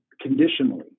conditionally